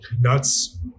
nuts